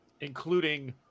Including